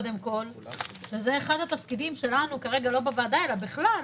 וזה אחד התפקידים שלנו בכלל,